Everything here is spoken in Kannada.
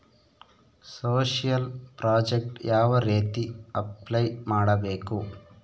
ಸೋಶಿಯಲ್ ಪ್ರಾಜೆಕ್ಟ್ ಯಾವ ರೇತಿ ಅಪ್ಲೈ ಮಾಡಬೇಕು?